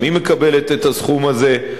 גם היא מקבלת את הסכום הזה.